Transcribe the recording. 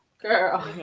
Girl